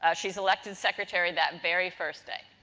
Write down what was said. ah she's elected secretary that very first day.